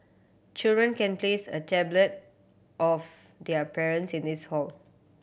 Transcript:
children can place a tablet of their parents in this hall